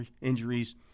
injuries